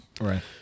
Right